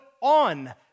on